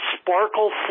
sparkle